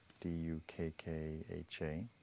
D-U-K-K-H-A